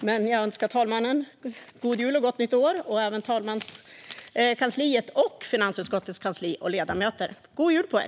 Jag önskar talmannen god jul och gott nytt år, och jag önskar talmanskansliet och finansutskottets kansli och ledamöter detsamma. God jul på er!